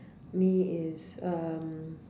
me is um